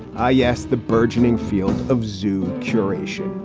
i yes. the burgeoning field of zoo curation.